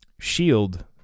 shield